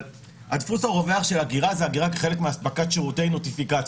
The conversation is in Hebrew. הדפוס הרווח של אגירה זה אגירה כחלק מאספקת שירותי נוטיפיקציות,